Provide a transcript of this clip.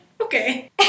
Okay